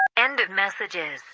end of messages